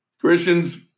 Christians